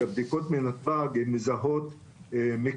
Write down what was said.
אנחנו פשוט ביקשנו לקבל תוכנית מסודרת כדי לראות שהם על זה,